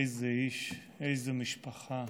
איזה איש, איזו משפחה,